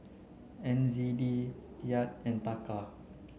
N Z D Kyat and Taka